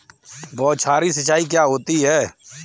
बौछारी सिंचाई क्या होती है?